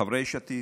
חברי יש עתיד,